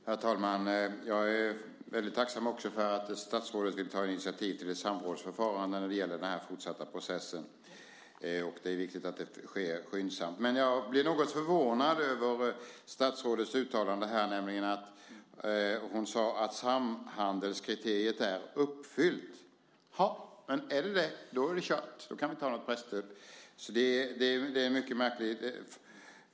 Herr talman! Jag är tacksam för att statsrådet vill ta initiativ till ett samrådsförfarande när det gäller den fortsatta processen. Det är viktigt att det sker skyndsamt. Jag blev något förvånad över statsrådets uttalande om att samhandelskriteriet är uppfyllt. Är det så är det kört. Då kan vi inte ha något presstöd.